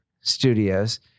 Studios